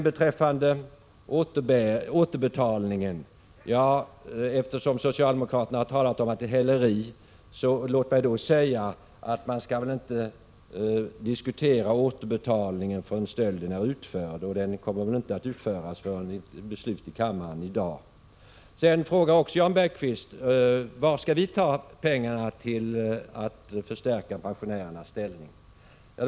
Beträffande tanken på återbetalning: Låt mig, eftersom socialdemokraterna har talat om att det här skulle bli fråga om häleri, säga, att man väl inte skall diskutera återbetalningen förrän stölden är utförd. Och denna kommer väl inte att utföras förrän efter ett beslut i kammaren i dag. Vidare frågar Jan Bergqvist: Varifrån skall ni ta pengarna för att förstärka pensionärernas ställning?